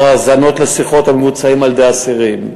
האזנות לשיחות המבוצעות על-ידי האסירים.